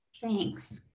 thanks